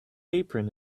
apron